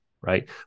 right